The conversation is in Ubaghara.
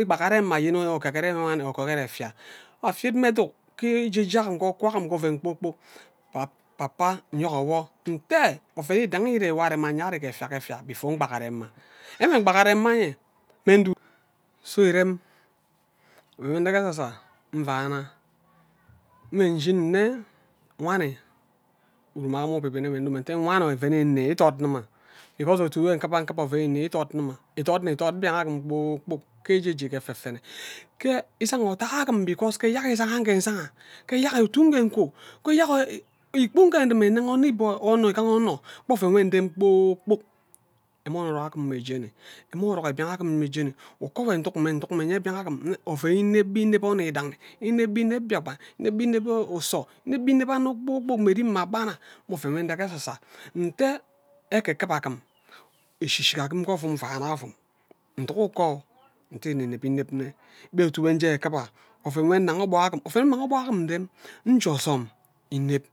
ikpagara emana ayen ogegere wani ogegere efia afed mma eduk ghe ejejam ke okwa agim gwe oven kpor kpok papa nyogor wo nte oven idangi ire nwo arem anye ari ghe efia before ngbagara emar enwe ngbagara emma aye so ire aven nwo irege ese se nvana nve nshin nne wani uruma ugbibi ndo ma ate wani oven ene idot nima because oto nwo nkiba nkiba oven ene idot nimai ithod nne ithod mbian agim kpor kpok ke eje je mma ghe efefene ke isanga odok agim because ghe eyak isanga nghee nsangha ghe eyak otu nne nku ghe eyak ikpu nne ndime nne ghe anybody onno igaha onno gba oven nwo ire kpor kpok emon orok agim mme jeni emon orok ghe mbian agim mme jeni uko nwo nduk mme ndak mme ngima nye mbian gham mme oven ineb mbhe ineb onno mbhe idangi ineb mbhe ineb mbiakpan ineb mbhe ineb uzo ineb mbhe ineb anno kpor kpok mma erim mma bama mme oven nwo nde ghe esesa nte ekekiba agim eshi eshi agim ko-ovam mvana ovum nduk uko nte eneneb ineb nne gbo otu wo nje akiba oven nwo nna gha obok agim oven mma obok am ndem nje ozom ineb